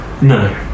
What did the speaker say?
No